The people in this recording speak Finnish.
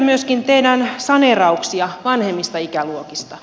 myöskin tehdään saneerauksia vanhemmista ikäluokista